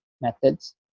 methods